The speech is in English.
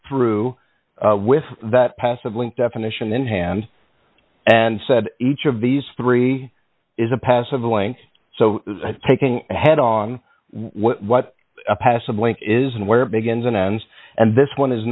through with that possibly definition in hand and said each of these three is a passive link so taking head on what a passive link is and where it begins and ends and this one is